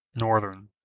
Northern